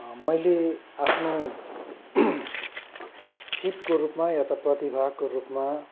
मैले आफ्नो सिपको रूपमा या त प्रतिभाको रूपमा